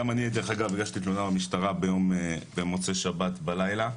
גם אני דרך אגב הגשתי תלונה במשטרה במוצאי שבת בלילה,